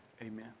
Amen